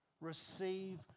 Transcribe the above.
receive